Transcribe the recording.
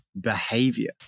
behavior